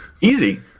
Easy